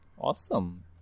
Awesome